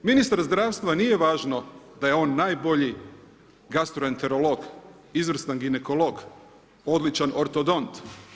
Ministar zdravstva nije važno da je on najbolji gastroenerolog, izvrstan ginekolog, odličan ortodont.